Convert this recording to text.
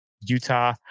Utah